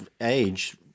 age